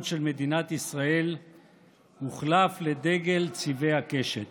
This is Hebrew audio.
של מדינת ישראל הוחלף בדגל צבעי הקשת.